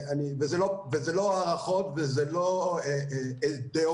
וזה לא הערכות וזה לא דעות,